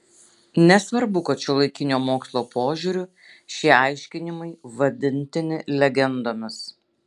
nesvarbu kad šiuolaikinio mokslo požiūriu šie aiškinimai vadintini legendomis